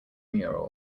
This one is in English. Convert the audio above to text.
mural